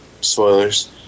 spoilers